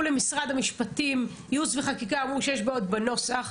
למשרד המשפטים; ייעוץ וחקיקה אמרו שיש בעיות בנוסח.